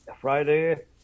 Friday